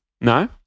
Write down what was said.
No